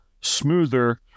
smoother